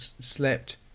slept